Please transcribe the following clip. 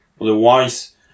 Otherwise